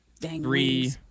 three